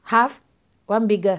half one bigger